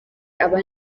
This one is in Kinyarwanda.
aba